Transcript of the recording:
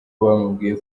bamubwiye